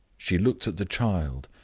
she looked at the child,